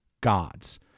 gods